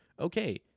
okay